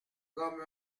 comme